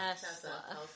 Tesla